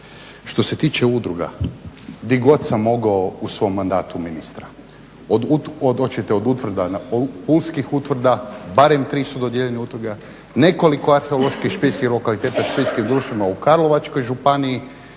Što se tiče udruga, gdje god sam mogao u svom mandatu ministra, hoćete od Pulskih utvrda barem tri su dodijeljene …nekoliko arheoloških špiljskih lokaliteta Špiljskim društvima u Karlovačkoj županiji,